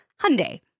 Hyundai